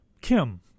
Kim